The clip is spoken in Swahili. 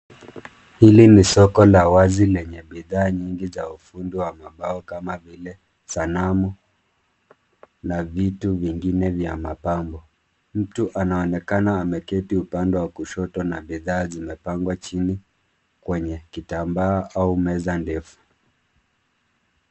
Hili ni soko la wazi lenye bidhaa nyingi za ufundi wa mabao kama vile sanamu na vitu vingine vya mapambo. Mtu anaonekana ameketi upande wa kushoto na bidhaa zimepangwa chini kwenye kitambaa au meza ndefu.